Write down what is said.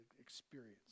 experience